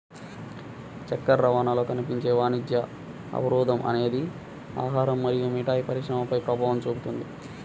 చక్కెర రవాణాలో కనిపించే వాణిజ్య అవరోధం అనేది ఆహారం మరియు మిఠాయి పరిశ్రమపై ప్రభావం చూపుతుంది